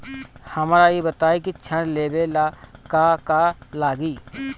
हमरा ई बताई की ऋण लेवे ला का का लागी?